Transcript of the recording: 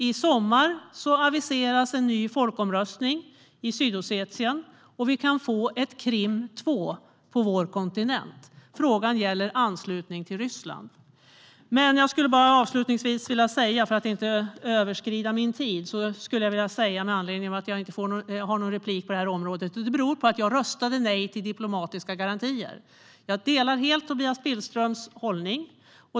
I sommar aviseras nämligen en ny folkomröstning i Sydossetien, och vi kan få ett Krim 2 på vår kontinent. Frågan gäller anslutning till Ryssland. Jag har inte någon replik på detta område, vilket beror på att jag röstade nej till diplomatiska garantier. Jag delar helt Tobias Billströms hållning.